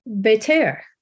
Beter